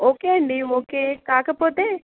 okay అండి okay కాకపోతే